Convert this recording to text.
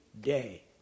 day